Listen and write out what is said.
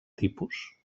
tipus